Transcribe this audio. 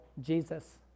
Jesus